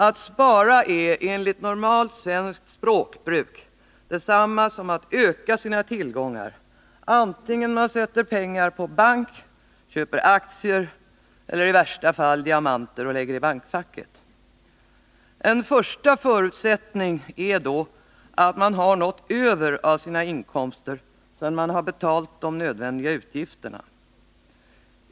Att spara är enligt normalt svenskt språkbruk detsamma som att öka sina tillgångar vare sig man sätter pengar på bank, köper aktier eller i värsta fall diamanter och lägger i bankfacket. En första förutsättning är då att man har något över av sina inkomster sedan man betalat de nödvändiga utgifterna.